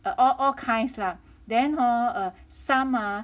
err all all kinds lah then hor err some ah